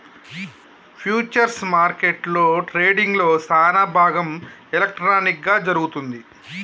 futures మార్కెట్లో ట్రేడింగ్లో సానాభాగం ఎలక్ట్రానిక్ గా జరుగుతుంది